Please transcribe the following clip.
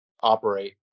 operate